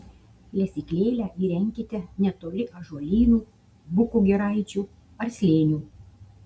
lesyklėlę įrenkite netoli ąžuolynų bukų giraičių ar slėnių